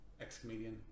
ex-comedian